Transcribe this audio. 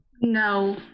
No